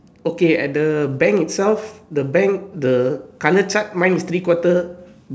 okay and the bank itself the bank the color chart mine is three quarter